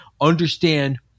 Understand